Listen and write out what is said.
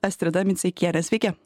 astrida miceikiene sveiki